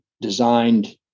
designed